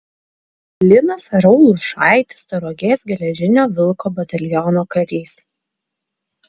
linas raulušaitis tauragės geležinio vilko bataliono karys